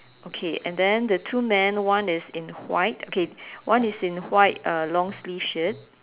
okay and then the two men one is in white okay one is in white uh long sleeve shirt